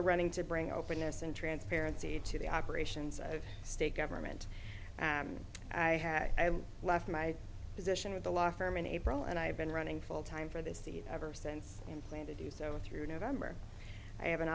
also running to bring openness and transparency to the operations of state government and i had left my position with a law firm in april and i've been running full time for this seat ever since and plan to do so through november i have an